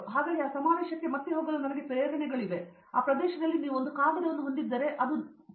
ಹಾಗಾಗಿ ಆ ಸಮಾವೇಶಕ್ಕೆ ಮತ್ತೆ ಹೋಗಲು ನನಗೆ ಪ್ರೇರಣೆಗಳೆನಿಸಿದೆ ಆ ಪ್ರದೇಶದಲ್ಲಿ ನೀವು ಒಂದು ಕಾಗದವನ್ನು ಹೊಂದಿದ್ದರೆ ಅದು ನಮ್ಮ ಸಂಶೋಧನೆಯಲ್ಲಿ ದೊಡ್ಡ ವಿಷಯ